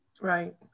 Right